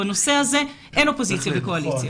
בנושא הזה אין אופוזיציה וקואליציה.